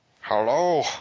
Hello